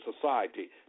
society